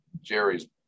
Jerry's